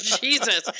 Jesus